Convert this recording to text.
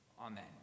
Amen